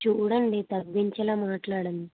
చూడండి తగ్గించేలా మాట్లాడండి